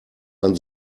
man